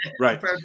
Right